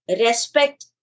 respect